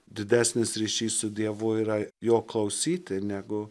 didesnis ryšys su dievu yra jo klausyti negu